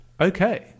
Okay